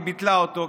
היא ביטלה אותו,